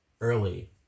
early